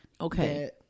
Okay